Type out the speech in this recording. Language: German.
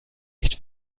nicht